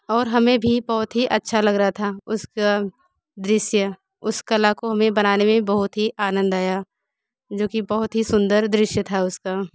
और हमें भी बहुत ही अच्छा लग रहा था उसका दृश्य उस कला को हमें बनाने में भी बहुत ही आनंद आया जोकि बहुत ही सुन्दर दृश्य था उसका